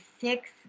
six